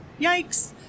Yikes